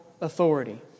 authority